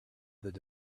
that